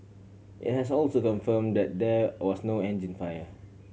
it has also confirmed that there was no engine fire